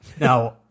now